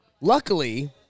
luckily